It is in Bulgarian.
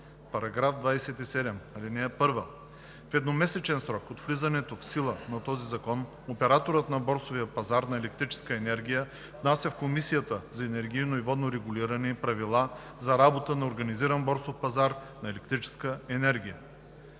и 31: „§ 27. (1) В едномесечен срок от влизането в сила на този закон операторът на борсовия пазар на електрическа енергия внася в Комисията за енергийно и водно регулиране правила за работа на организиран борсов пазар на електрическа енергия.